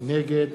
נגד